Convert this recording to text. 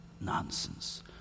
Nonsense